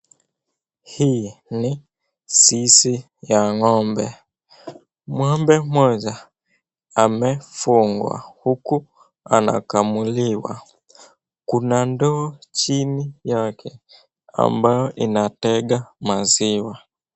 Hii ni zizi ya ng'ombe. Ng'ombe moja amefungwa huku ana kamuliwa. Kuna ndoo chini yake ambayo inatega maziwa.